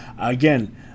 again